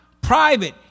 private